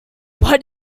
what